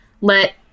let